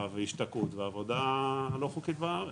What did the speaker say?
וההשתקעות והעבודה הלא חוקית בארץ,